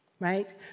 Right